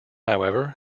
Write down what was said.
however